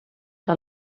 que